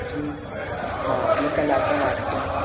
जी हाँ मैं कल आता हूँ आपके यहाँ